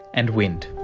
and wind.